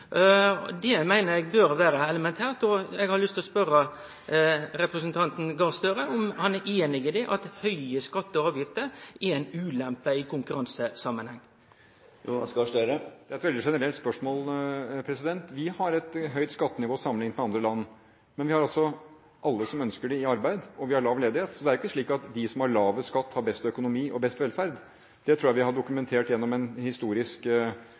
Det meiner eg bør vere elementært. Eg har lyst å spørje representanten Gahr Støre om han er einig i at høge skattar og avgifter er ei ulempe i konkurransesamanheng. Det er et veldig generelt spørsmål. Vi har et høyt skattenivå sammenliknet med andre land, men vi har alle som ønsker det, i arbeid, og vi har lav ledighet. Så det er ikke slik at de som har lavest skatt, har best økonomi og best velferd. Det tror jeg vi har dokumentert gjennom en historisk